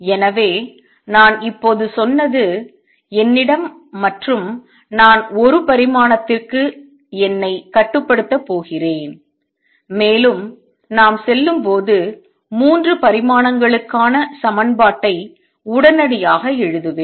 எனவே நான் இப்போது சொன்னது என்னிடம் மற்றும் நான் ஒரு பரிமாணத்திற்கு என்னை கட்டுப்படுத்தப் போகிறேன் மேலும் நாம் செல்லும்போது 3 பரிமாணங்களுக்கான சமன்பாட்டை உடனடியாக எழுதுவேன்